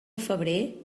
febrer